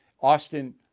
Austin